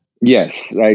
Yes